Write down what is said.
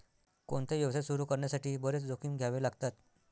कोणताही व्यवसाय सुरू करण्यासाठी बरेच जोखीम घ्यावे लागतात